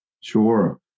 Sure